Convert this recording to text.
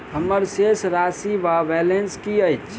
हम्मर शेष राशि वा बैलेंस की अछि?